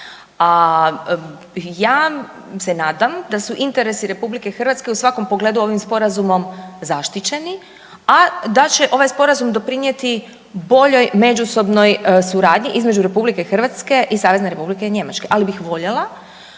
ja se nadam da su interesi Republike Hrvatske u svakom pogledu ovim Sporazumom zaštićeni, a da će ovaj Sporazum doprinijeti boljoj međusobnoj suradnji između Republike Hrvatske i Savezne Republike Njemačke. Ali bih voljela